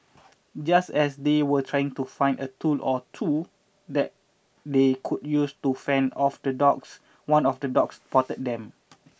just as they were trying to find a tool or two that they could use to fend off the dogs one of the dogs spotted them